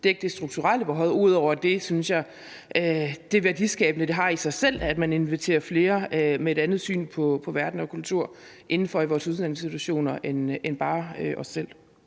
dække det strukturelle behov. Ud over det synes jeg, at det er værdiskabende i sig selv, at man inviterer andre med et andet syn på verden og kultur indenfor i vores uddannelsesinstitutioner end bare os selv.